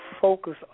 focus